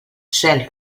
cel